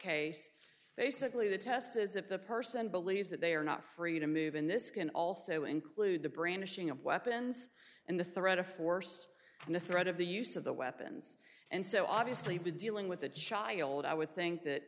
case basically the test is if the person believes that they are not free to move in this can also include the brandishing of weapons and the threat of force and the threat of the use of the weapons and so obviously with dealing with a child i would think that